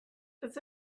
does